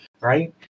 right